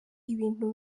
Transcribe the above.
ibintu